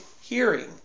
hearing